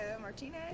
Martinez